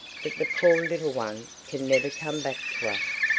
that the poor little one can never come back to us,